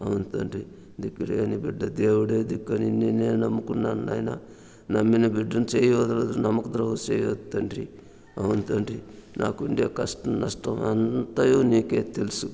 అవును తండ్రి దిక్కులేని బిడ్డ దేవుడే దిక్కని నిన్నే నమ్ముకున్నాను నాయనా నమ్మిన బిడ్డను చేయు వదలక నమ్మకద్రోహం చేయ్యద్దు తండ్రి అవును తండ్రి నాకు ఉండే కష్టం నష్టం అంతయు నీకే తెలుసు